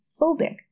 phobic